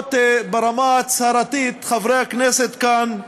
שלפחות ברמה ההצהרתית חברי הכנסת כאן,